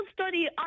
study